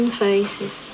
faces